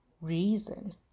reason